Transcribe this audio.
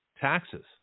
taxes